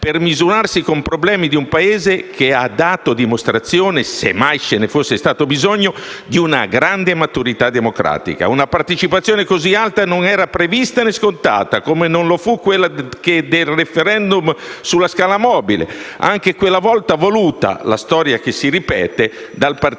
per misurarsi con i problemi di un Paese che ha dato dimostrazione, se mai ce ne fosse stato bisogno, di una grande maturità democratica. Una partecipazione così alta non era né prevista né scontata. Come non lo fu quella del *referendum* sulla scala mobile, anche quella volta voluto - la storia che si ripete - dal Partito